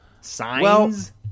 Signs